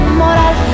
moral